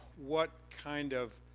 what kind of